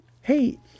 Hey